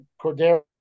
Cordero